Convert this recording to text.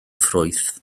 ffrwyth